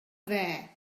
there